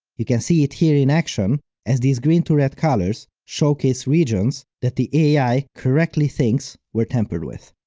you can see it here in action as these green to red colors showcase regions that the ai correctly thinks were tampered with.